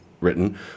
written